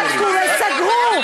בדקו וסגרו.